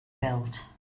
built